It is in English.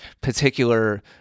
particular